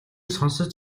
сонсож